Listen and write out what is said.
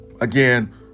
again